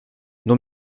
non